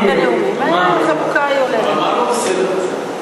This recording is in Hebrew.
מה לא בסדר בזה?